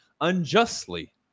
unjustly